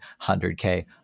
100K